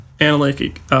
analytic